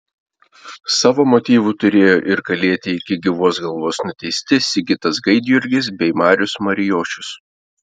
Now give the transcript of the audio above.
savo motyvų turėjo ir kalėti iki gyvos galvos nuteisti sigitas gaidjurgis bei marius marijošius